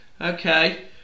Okay